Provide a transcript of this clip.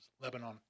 Lebanon